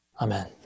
Amen